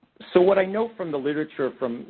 so, what i know from the literature, from,